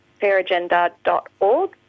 fairagenda.org